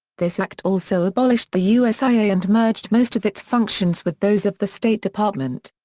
this act also abolished the u s i a. and merged most of its functions with those of the state department.